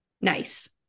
nice